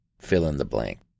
fill-in-the-blank